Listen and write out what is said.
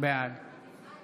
בעד אורית פרקש הכהן,